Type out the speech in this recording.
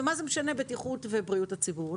ומה זה משנה בטיחות ובריאות הציבור?